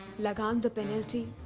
lagaan, the penalty.